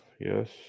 Yes